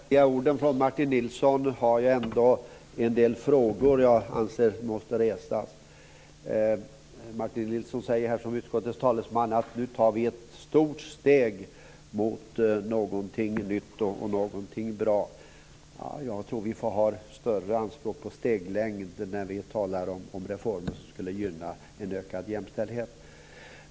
Fru talman! Trots de vänliga orden från Martin Nilsson har jag en del frågor som jag anser måste resas. Martin Nilsson säger här som utskottets talesman att nu tar vi ett stort steg mot någonting nytt och någonting bra. Jag tror att vi får ha större anspråk på steglängd när vi talar om reformer som skulle gynna en ökad jämställdhet.